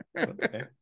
Okay